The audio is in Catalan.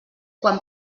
quan